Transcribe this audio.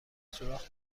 سوراخ